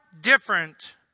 different